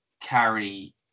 carry